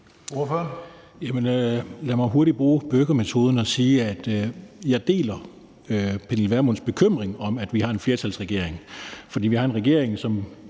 Lad mig hurtigt bruge burgermetoden og sige, at jeg deler Pernille Vermunds bekymring over, at vi har en flertalsregering. For vi har en regering, som